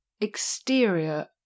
exterior